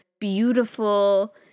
beautiful